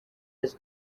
his